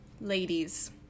ladies